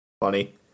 Funny